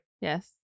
Yes